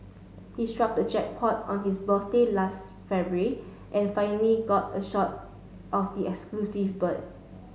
he struck the jackpot on his birthday last February and finally got a shot of the bird